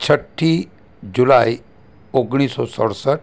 છઠ્ઠી જુલાઈ ઓગણીસસો સડસઠ